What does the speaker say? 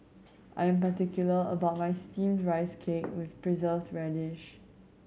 I'm particular about my Steamed Rice Cake with Preserved Radish